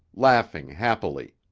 laughing happily.